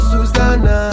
Susanna